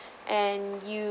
and you